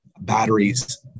batteries